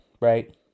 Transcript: right